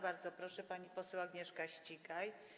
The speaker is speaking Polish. Bardzo proszę, pani poseł Agnieszka Ścigaj.